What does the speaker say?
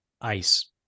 ice